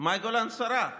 מאי גולן שרה.